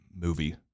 movie